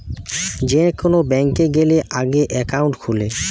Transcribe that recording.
যে কোন ব্যাংকে গ্যালে আগে একাউন্ট খুলে